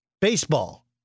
baseball